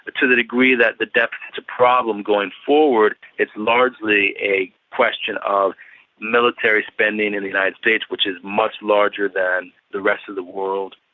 to the degree that the deficit's a problem going forward, it's largely a question of military spending in the united states, which is much larger than the rest of the world,